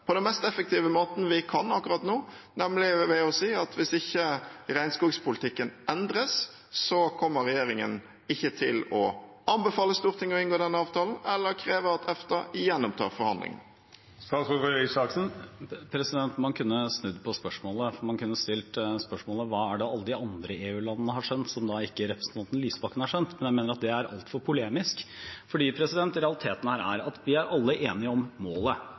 på den mest effektive måten vi kan akkurat nå, nemlig ved å si at hvis ikke regnskogpolitikken endres, kommer regjeringen til å anbefale Stortinget ikke å inngå denne avtalen, eller kreve at EFTA gjenopptar forhandlingene? Man kunne snudd på det, for man kunne stilt spørsmålet: Hva er det alle de andre EU-landene har skjønt som ikke representanten Lysbakken har skjønt? Men jeg mener at det er altfor polemisk, for realiteten her er at vi alle er enige om målet.